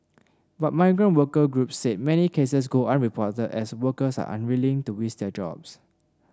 but migrant worker groups said many cases go unreported as workers are unwilling to risk their jobs